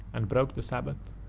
and broke the sabbath.